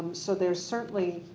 so there is certainly.